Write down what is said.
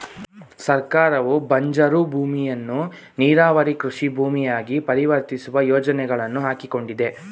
ಸರ್ಕಾರವು ಬಂಜರು ಭೂಮಿಯನ್ನು ನೀರಾವರಿ ಕೃಷಿ ಭೂಮಿಯಾಗಿ ಪರಿವರ್ತಿಸುವ ಯೋಜನೆಗಳನ್ನು ಹಾಕಿಕೊಂಡಿದೆ